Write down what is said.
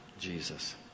Jesus